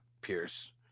Pierce